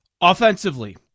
Offensively